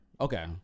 Okay